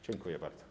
Dziękuję bardzo.